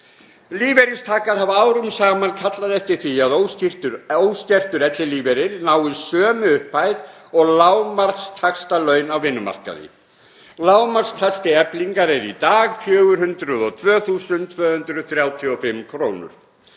Lífeyristakar hafa árum saman kallað eftir því að óskertur ellilífeyrir nái sömu upphæð og lágmarkstaxtalaun á vinnumarkaði. Lágmarkstaxti Eflingar er í dag 402.235 kr.